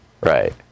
Right